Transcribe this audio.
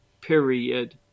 period